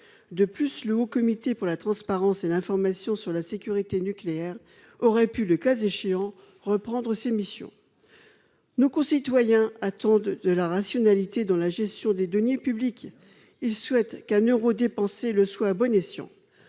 De plus, le Haut Comité pour la transparence et l'information sur la sécurité nucléaire aurait pu, le cas échéant, reprendre les missions de cette commission. Nos concitoyens attendent de la rationalité dans la gestion des deniers publics ; ils souhaitent que chaque euro dépensé le soit à bon escient.